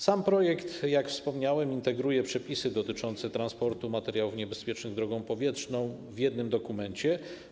Sam projekt, jak wspomniałem, integruje przepisy dotyczące transportu materiałów niebezpiecznych drogą powietrzną w jednym dokumencie.